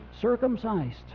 circumcised